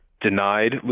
denied